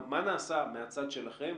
מה נעשה מהצד שלכם